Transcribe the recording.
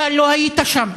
אתה לא היית שם,